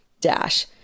Dash